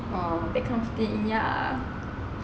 ya